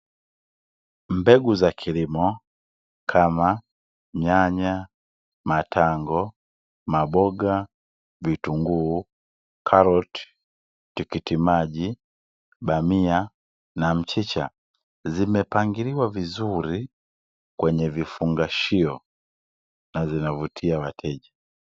Mbegu za kilimo kama nyanya, matango, maboga, vitunguu, karoti, tikiti maji, bamia na mchicha zimepangiliwa vizuri kwenye vifungashio na zinavutia wateja.